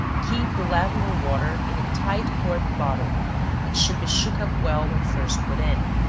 keep the lavender water in a tight-corked bottle it should be shook up well when first put in.